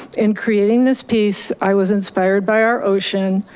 in creating this piece i was inspired by our ocean,